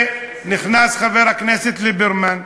ונכנס חבר הכנסת ליברמן,